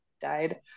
died